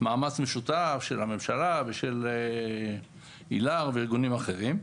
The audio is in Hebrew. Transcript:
מאמץ משותף של הממשלה ושל איל"ר וארגונים אחרים.